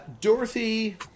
Dorothy